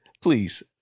Please